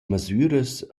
masüras